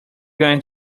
going